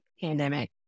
pandemic